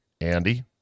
Andy